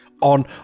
On